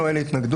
לנו אין התנגדות,